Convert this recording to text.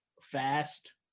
fast